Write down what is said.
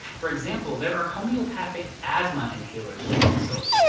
for example, there are homeopathic asthma inhalers being sold.